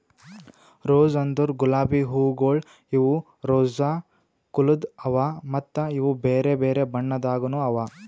rose ಅಂದುರ್ ಗುಲಾಬಿ ಹೂವುಗೊಳ್ ಇವು ರೋಸಾ ಕುಲದ್ ಅವಾ ಮತ್ತ ಇವು ಬೇರೆ ಬೇರೆ ಬಣ್ಣದಾಗನು ಅವಾ